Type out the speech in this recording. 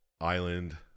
island